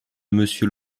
monsieur